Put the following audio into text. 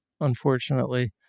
unfortunately